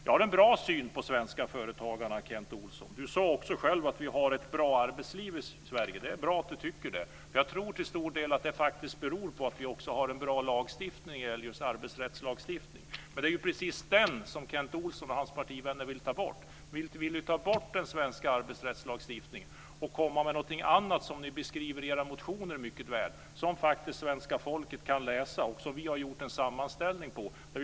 Jag har en positiv syn på de svenska företagarna, Kent Olsson. Kent Olsson sade också själv att vi har ett bra arbetsliv i Sverige. Det är bra att han tycker det. Jag tror att det faktiskt till stor del beror på att vi också har en bra arbetsrättslagstiftning. Men det är precis den som Kent Olsson och hans partivänner vill ta bort. De vill ta bort den svenska arbetsrättslagstiftningen och komma med någonting annat som ni beskriver mycket väl i era motioner, som svenska folket faktiskt kan läsa och som vi har gjort en sammanställning av.